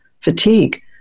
fatigue